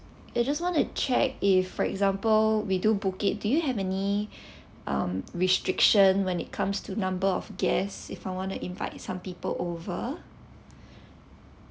I just want to check if for example we do book it do you have any um restriction when it comes to number of guests if I want to invite some people over